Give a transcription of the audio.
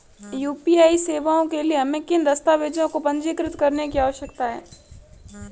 UPI सेवाओं के लिए हमें किन दस्तावेज़ों को पंजीकृत करने की आवश्यकता है?